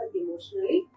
emotionally